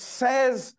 says